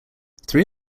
three